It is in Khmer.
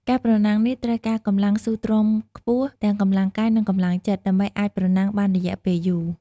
ការប្រណាំងនេះ ត្រូវការកម្លាំងស៊ូទ្រាំខ្ពស់ ទាំងកម្លាំងកាយ និងកម្លាំងចិត្ត ដើម្បីអាចប្រណាំងបានរយៈពេលយូរ។